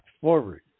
forward